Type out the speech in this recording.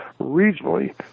regionally